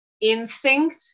instinct